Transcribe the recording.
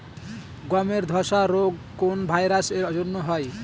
গমের ধসা রোগ কোন ভাইরাস এর জন্য হয়?